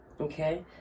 Okay